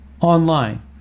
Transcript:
online